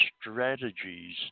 strategies